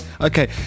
Okay